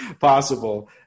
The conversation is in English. possible